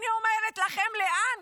אני אומרת לכם, לאן?